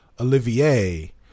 Olivier